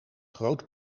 groot